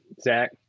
Zach